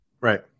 Right